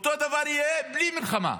אותו הדבר יהיה בלי מלחמה.